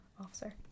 officer